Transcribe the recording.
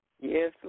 Yes